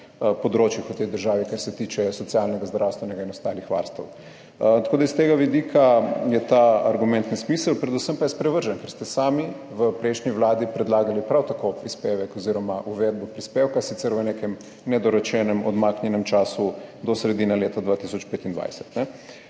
področjih v tej državi, kar se tiče socialnega, zdravstvenega in ostalih varstev, tako da s tega vidika je ta argument nesmiseln. Predvsem pa je sprevržen, ker ste sami v prejšnji vladi predlagali prav tako prispevek oziroma uvedbo prispevka, sicer v nekem nedorečenem, odmaknjenem času do sredine leta 2025.